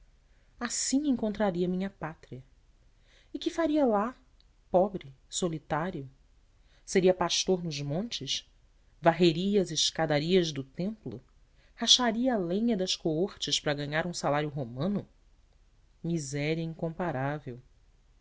assim encontraria a minha pátria e que faria lá pobre solitário seria pastor nos montes varreria as escadarias do templo racharia a lenha das coortes para ganhar um salário romano miséria incomparável